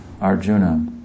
Arjuna